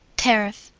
tariff.